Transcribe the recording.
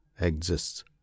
exists